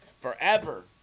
forever